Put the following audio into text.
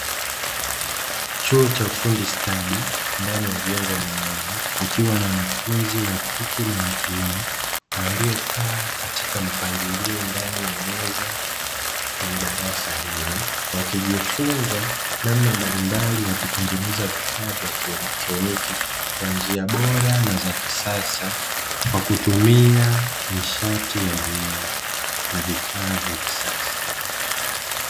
Chuo cha ufundi stadi ndani ya jengo maalumu kukiwa na wanfaunzi wa kike na wa kiume, waliokaa katika mpangilio ndani ya meza kwenye darasa hilo. Wakijifunza namna mbalimbali ya kutengeneza vifaa vya kielektroniki kwa njia bora na za kisasa kwa kutumia nishati ya umeme na vifaa vya kisasa.